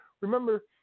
Remember